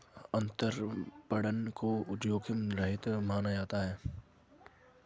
अंतरपणन को जोखिम रहित माना जाता है